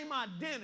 identity